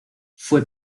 fue